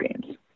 games